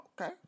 Okay